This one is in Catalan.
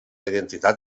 identitat